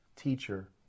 teacher